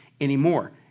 anymore